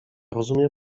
rozumie